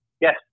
yes